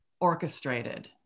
orchestrated